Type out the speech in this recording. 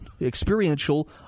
experiential